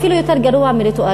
אפילו יותר גרוע מריטואל.